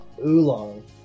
Oolong